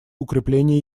укрепления